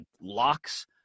locks